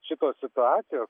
šitos situacijos